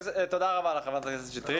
תודה רבה לך חברת הכנסת קטי שטרית.